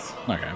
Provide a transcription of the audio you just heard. okay